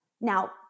Now